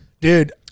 Dude